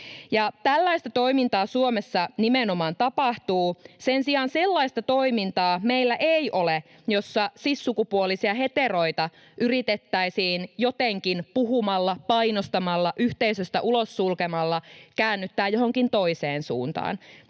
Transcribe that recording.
tällaista toimintaa Suomessa nimenomaan tapahtuu. Sen sijaan sellaista toimintaa meillä ei ole, jossa cis-sukupuolisia heteroita yritettäisiin jotenkin puhumalla, painostamalla, yhteisöstä ulos sulkemalla käännyttää johonkin toiseen suuntaan.